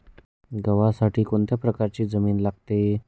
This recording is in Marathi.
गव्हासाठी कोणत्या प्रकारची जमीन लागते?